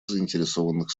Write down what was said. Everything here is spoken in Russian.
заинтересованных